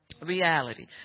Reality